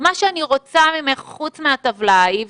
מה שאני רוצה ממך חוץ מהטבלה ההיא,